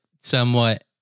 somewhat